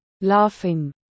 Laughing